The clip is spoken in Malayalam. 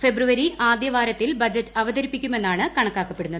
ഫെബ്രുവരി ആദ്യവാരത്തിൽ ബജറ്റ് അവതരിപ്പിക്കുമെന്നാണ് കണക്കാക്കപ്പെടുന്നത്